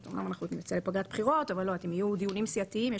אומנם אנחנו נצא לפגרת בחירות אבל אם יהיו דיונים סיעתיים,